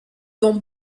vont